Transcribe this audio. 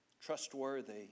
trustworthy